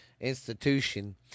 institution